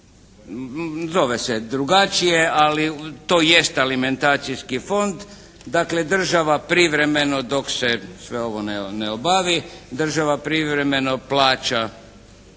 Zove se drugačije, ali to jest alimentacijski fond. Dakle država privremeno dok se sve ovo ne obavi, država privremeno plaća